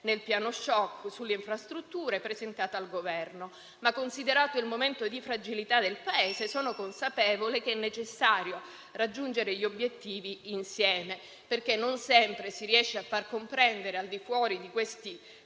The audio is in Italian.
nel piano *choc* sulle infrastrutture presentato al Governo. Ma, considerato il momento di fragilità del Paese, sono consapevole che è necessario raggiungere gli obiettivi insieme, perché non sempre si riesce a far comprendere ai cittadini, al di fuori di questi palazzi,